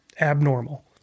abnormal